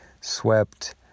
swept